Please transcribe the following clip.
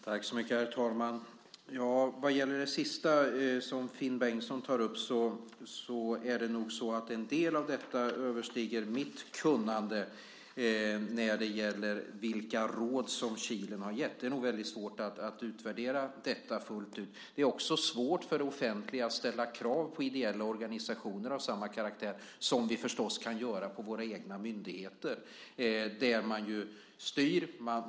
Herr talman! Ja, vad gäller det sista som Finn Bengtsson tog upp om vilka råd som Kilen har gett får jag säga att det nog överstiger mitt kunnande. Det är nog väldigt svårt att utvärdera detta fullt ut. Det är också svårt för det offentliga att ställa krav på ideella organisationer av samma karaktär som vi förstås kan ställa på våra egna myndigheter, där man ju styr.